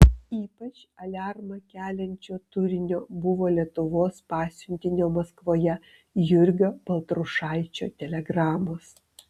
ypač aliarmą keliančio turinio buvo lietuvos pasiuntinio maskvoje jurgio baltrušaičio telegramos